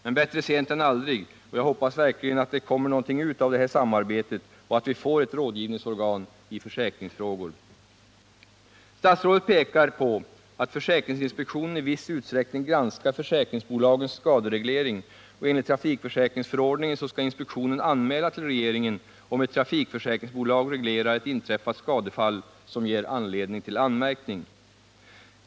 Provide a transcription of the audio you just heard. Men bättre sent än aldrig, och jag hoppas verkligen att det kommer någonting ut av det här samarbetet och att vi får ett rådgivningsorgan i försäkringsfrågor. Statsrådet pekar på att försäkringsinspektionen i viss utsträckning granskar försäkringsbolagens skadereglering och att enligt trafikförsäkringsförordningen inspektionen skall anmäla till regeringen om ett försäkringsbolag reglerar ett inträffat skadefall på ett sätt som ger anledning till anmärkning.